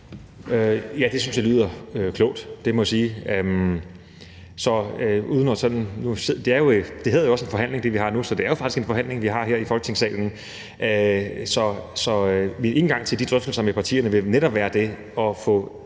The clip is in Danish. Ja, det synes jeg lyder klogt, det må jeg sige. Det, vi har nu, hedder jo også en forhandling, så det er faktisk en forhandling, vi har her i Folketingssalen. Så min indgang til de drøftelser med partierne vil netop være det at få